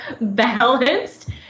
balanced